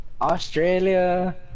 Australia